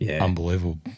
unbelievable